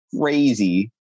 crazy